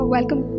welcome